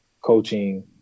coaching